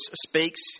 speaks